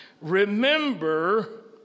Remember